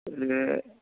এ